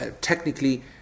technically